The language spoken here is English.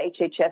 HHS